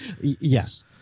Yes